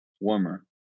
warmer